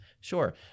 Sure